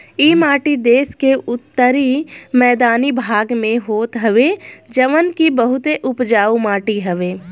इ माटी देस के उत्तरी मैदानी भाग में होत हवे जवन की बहुते उपजाऊ माटी हवे